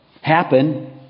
happen